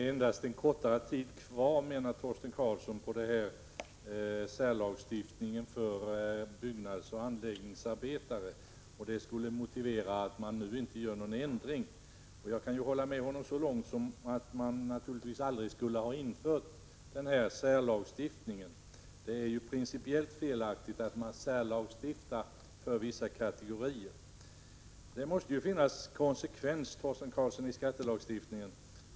Herr talman! Torsten Karlsson menar att det bara är en kortare tid kvar beträffande särlagstiftningen för byggnadsoch anläggningsarbetare. Detta skulle motivera att man inte gör någon ändring. Jag kan hålla med honom så långt att man naturligtvis aldrig borde ha infört särlagstiftningen. Det är pricipiellt felaktigt att särlagstifta för vissa kategorier. Det måste, Torsten Karlsson, finnas konsekvens i skattelagstiftningen.